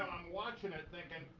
watching it thinking,